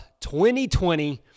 2020